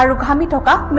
and comical than